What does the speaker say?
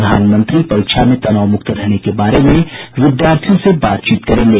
प्रधानमंत्री परीक्षा में तनावमुक्त रहने के बारे में विद्यार्थियों से बातचीत करेंगे